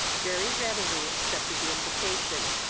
very readily accepted the invitation.